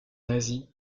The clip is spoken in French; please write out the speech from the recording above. nazis